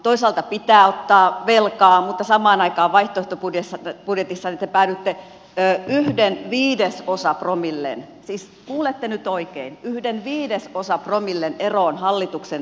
toisaalta pitää ottaa velkaa mutta samaan aikaan vaihtoehtobudjetissanne te päädyitte yhden viidesosapromillen siis kuulette nyt oikein yhden viidesosapromillen eroon hallituksen velanottoon